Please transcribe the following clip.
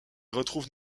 retrouve